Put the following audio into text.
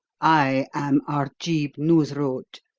i am arjeeb noosrut,